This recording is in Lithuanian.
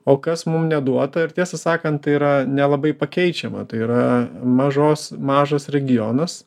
o kas mum neduota ir tiesą sakant tai yra nelabai pakeičiama tai yra mažos mažas regionas